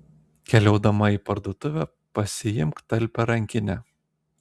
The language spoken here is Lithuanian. keliaudama į parduotuvę pasiimk talpią rankinę